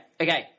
okay